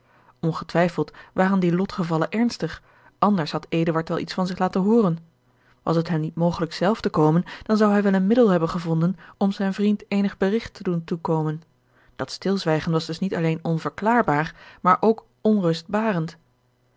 ongetwijfeld waren die lotgevallen ernstig anders had eduard wel iets van zich laten hooren was het hem niet mogelijk zelf te komen dan zou hij wel een middel hebben gevonden om zijn vriend eenig berigt te doen toekomen dat stilzwijgen was dus niet alleen onverklaarbaar maar ook